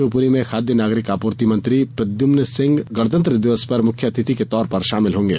शिवपूरी में खाद्य नागरिक आपूर्ति मंत्री प्रद्यम्न सिंह तोमर गणतंत्र दिवस पर मुख्य अतिथि के तौर पर शामिल होगें